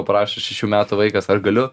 aprašius šių metų vaikas ar galiu